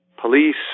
police